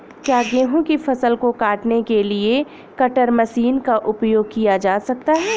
क्या गेहूँ की फसल को काटने के लिए कटर मशीन का उपयोग किया जा सकता है?